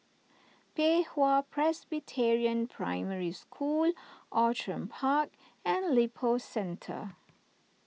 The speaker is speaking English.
Pei Hwa Presbyterian Primary School Outram Park and Lippo Centre